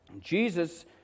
Jesus